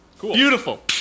Beautiful